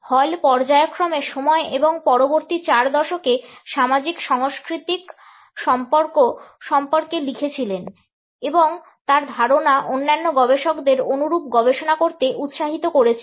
হল পর্যায়ক্রমে সময় এবং পরবর্তী চার দশকে সামাজিক সাংস্কৃতিক সম্পর্ক সম্পর্কে লিখেছিলেন এবং তার ধারণা অন্যান্য গবেষকদের অনুরূপ গবেষণা করতে উৎসাহিত করেছে